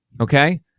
Okay